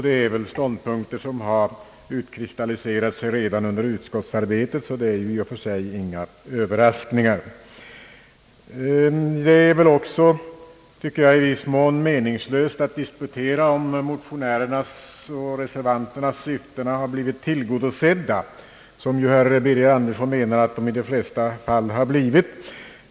Det är ståndpunkter som väl har utkristalliserats redan under utskottsarbetet, och det är i och för sig inte överraskande. Det är väl också i viss mån meningslöst att diskutera om motionärernas och reservanternas syften har blivit tillgodosedda, vilket herr Birger Andersson menar att de blivit i de flesta fall.